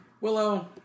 Willow